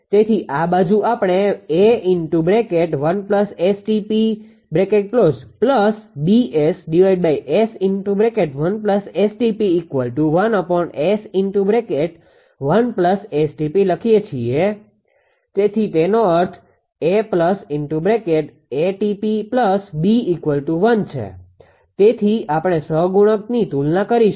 તેથી આ બાજુ આપણે લખી શકીએ છીએ તેનો અર્થ 𝐴𝐴𝑇𝑝 𝐵1 છે તેથી આપણે સહ ગુણાંકની તુલના કરીશું